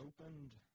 opened